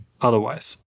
otherwise